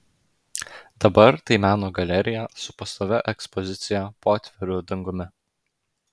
dabar tai meno galerija su pastovia ekspozicija po atviru dangumi